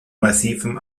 massivem